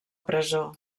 presó